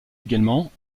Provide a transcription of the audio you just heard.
également